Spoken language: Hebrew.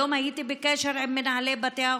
היום הייתי בקשר עם מנהלי בתי החולים: